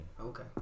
Okay